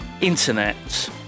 internet